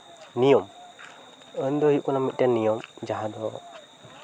ᱱᱤᱭᱚᱢ ᱱᱤᱭᱚᱢ ᱫᱚ ᱦᱩᱭᱩᱜ ᱠᱟᱱᱟ ᱢᱤᱫᱴᱮᱱ ᱱᱤᱭᱚᱢ ᱡᱟᱦᱟᱸ ᱫᱚ